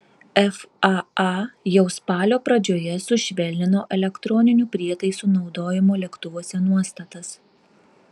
faa jau spalio pradžioje sušvelnino elektroninių prietaisų naudojimo lėktuvuose nuostatas